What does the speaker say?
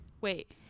Wait